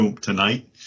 tonight